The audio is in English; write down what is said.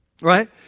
right